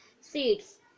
seeds